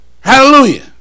Hallelujah